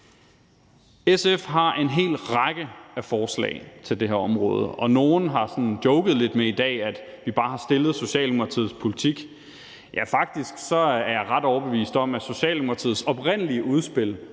SF har en hel række af forslag til det her område, og nogle har sådan joket lidt med i dag, at vi bare har fremlagt Socialdemokratiets politik. Faktisk er jeg ret overbevist om, at Socialdemokratiets oprindelige udspil